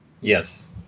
Yes